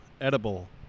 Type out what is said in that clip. edible